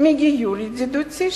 מגיור ידידותי,